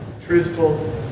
truthful